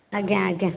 ଆଜ୍ଞା ଆଜ୍ଞା